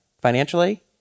financially